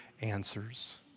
answers